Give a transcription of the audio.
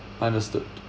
understood